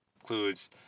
includes